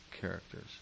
characters